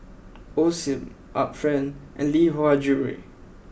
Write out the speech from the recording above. Osim Art Friend and Lee Hwa Jewellery